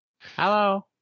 Hello